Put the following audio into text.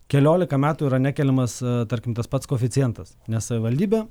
keliolika metų yra nekeliamas tarkim tas pats koeficientas nes savivaldybė